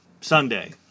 Sunday